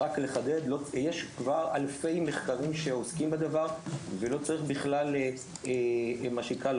רק לחדד יש כבר אלפי מחקרים שעוסקים בדבר ולא צריך בכלל מה שנקרא,